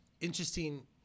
interesting